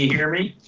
hear me?